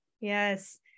Yes